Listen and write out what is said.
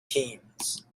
teens